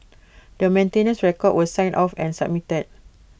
the maintenance records were signed off and submitted